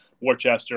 Worcester